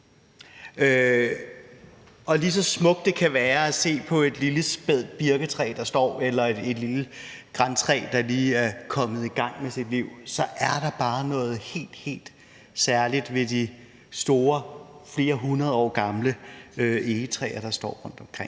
Og ligesom det kan være smukt at se på et lille spædt birketræ, der står, eller et lille grantræ, der lige er kommet i gang med sit liv, så er der bare noget helt, helt særligt ved de store flere hundrede år gamle egetræer, der står rundtomkring.